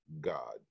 god